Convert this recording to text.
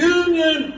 union